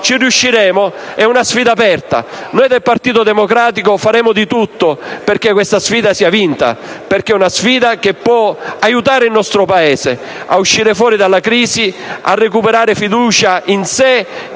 Ci riusciremo? È una sfida aperta e noi del Partito Democratico faremo di tutto perché essa sia vinta. Tale sfida può infatti aiutare il nostro Paese ad uscire dalla crisi, a recuperare fiducia in se